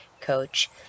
Coach